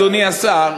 אדוני השר,